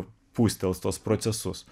pūstels tuos procesus